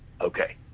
okay